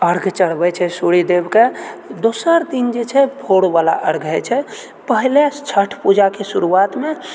अर्घ चढ़बै छै सुर्यदेवके दोसर दिन जे छै भोर बला अर्घ होइत छै पहले छठ पूजाके शुरुआतमे